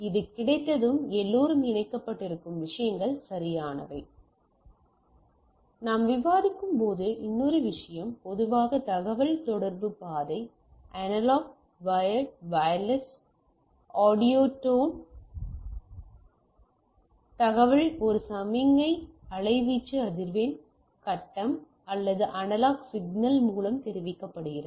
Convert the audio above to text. அது கிடைத்ததும் எல்லோரும் இணைக்கப்பட்டிருக்கும் விஷயங்கள் சரியானவை நாம் விவாதிக்கும்போது இன்னொரு விஷயம் பொதுவாக தகவல்தொடர்பு பாதை அனலாக் வயர்ட் அல்லது வயர்லெஸ் ஆடியோ டோன் தகவல் ஒரு சமிக்ஞை அலைவீச்சு அதிர்வெண் கட்டம் அல்லது அனலாக் சிக்னல் மூலம் தெரிவிக்கப்படுகிறது